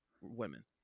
women